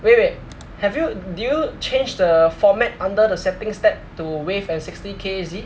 wait wait have you did you change the format under the settings tab to wave at sixty K_Z